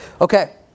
Okay